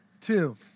Two